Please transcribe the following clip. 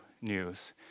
news